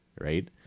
right